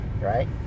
right